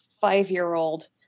five-year-old